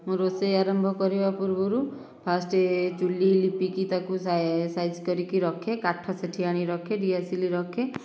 ରୋଷେଇ ଆରମ୍ଭ କରିବା ପୂର୍ବରୁ ଫାର୍ଷ୍ଟ ଚୁଲି ଲିପିକି ତାକୁ ସାଇଜ୍ କରିକି ରଖେ କାଠ ସେଠି ଆଣି ରଖେ ଦିଆସିଲି ରଖେ